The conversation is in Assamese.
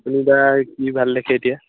আপুনি বা কি ভাল দেখে এতিয়া